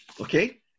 Okay